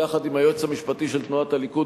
ביחד עם היועץ המשפטי של תנועת הליכוד,